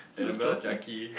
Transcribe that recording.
Anabella Jacky